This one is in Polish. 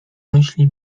myśli